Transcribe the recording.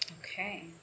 Okay